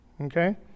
okay